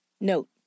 Note